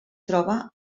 troba